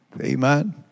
Amen